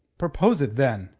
propose it, then,